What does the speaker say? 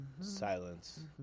Silence